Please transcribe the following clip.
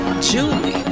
julie